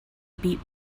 beat